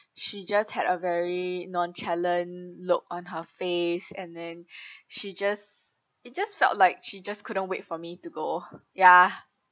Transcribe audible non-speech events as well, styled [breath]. she just had a very nonchalant look on her face and then [breath] she just it just felt like she just couldn't wait for me to go ya